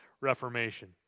Reformation